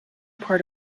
part